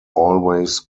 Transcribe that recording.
always